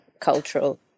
cultural